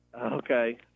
Okay